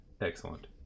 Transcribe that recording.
Excellent